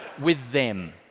with them.